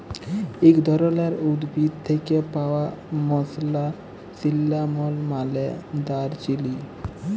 ইক ধরলের উদ্ভিদ থ্যাকে পাউয়া মসলা সিল্লামল মালে দারচিলি